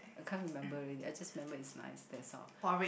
I can't remember already I just remember is nice that's all